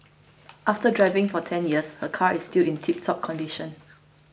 after driving for ten years her car is still in tiptop condition